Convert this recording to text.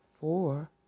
four